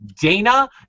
Dana